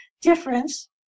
difference